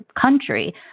country